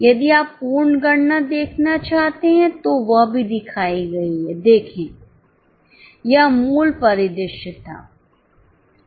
यदि आप पूर्ण गणना को देखना चाहते हैं तो वह भी दिखाई गई है देखें यह मूल परिदृश्य था